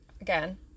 again